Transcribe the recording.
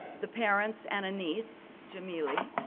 the parents, and a niece, jimelee.